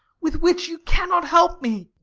with which you cannot help me.